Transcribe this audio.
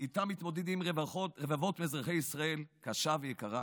שאיתה מתמודדים רבבות מאזרחי ישראל קשה ויקרה.